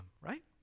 right